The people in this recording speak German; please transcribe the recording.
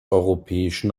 europäischen